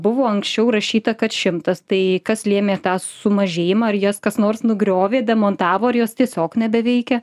buvo anksčiau rašyta kad šimtas tai kas lėmė tą sumažėjimą ar jas kas nors nugriovė demontavo ar jos tiesiog nebeveikia